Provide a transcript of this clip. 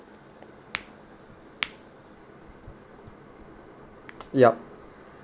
yup